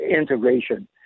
integration